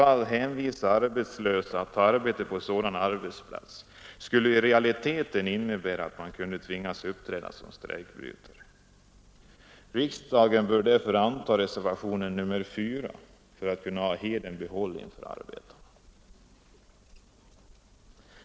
Att hänvisa arbetslösa att ta arbete på sådana arbetsplatser skulle i realiteten innebära att de kunde tvingas uppträda som strejkbrytare. Riksdagen bör därför anta reservationen 4 för att kunna ha hedern i behåll inför arbetarna.